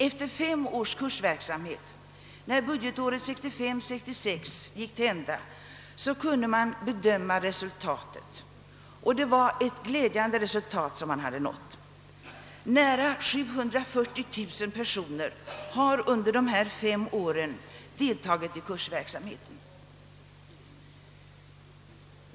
Efter fem års kursverksamhet, när budgetåret 1965/66 gick till ända, kunde man bedöma resultatet som var utomordentligt glädjande. Nära 740 000 personer har under dessa fem år deltagit i kursverksamheten.